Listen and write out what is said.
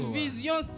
vision